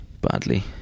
Badly